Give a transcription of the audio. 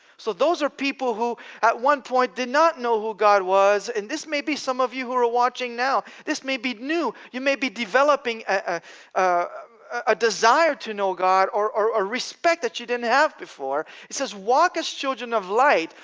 so those are people who at one point did not know who god was, and this may be some of you who are watching now. this may be new you may be developing ah a desire to know god or a respect that you didn't have before. it says walk as children of light,